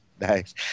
nice